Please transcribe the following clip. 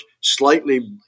slightly